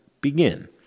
begin